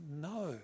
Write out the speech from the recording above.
No